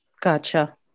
Gotcha